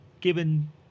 given